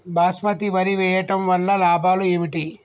బాస్మతి వరి వేయటం వల్ల లాభాలు ఏమిటి?